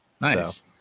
nice